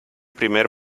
primer